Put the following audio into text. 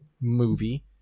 movie